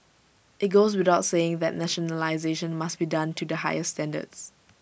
IT goes without saying that nationalisation must be done to the highest standards